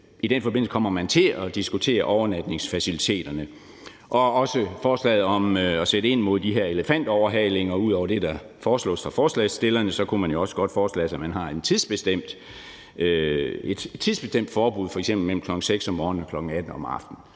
I den forbindelse kommer man til at diskutere overnatningsfaciliteterne. Der er også forslaget om at sætte ind mod de her elefantoverhalinger, og ud over det, der foreslås af forslagsstillerne, kunne man jo også forestille sig, at man har et tidsbestemt forbud, f.eks. mellem kl. 6 om morgenen og kl. 18 om aftenen,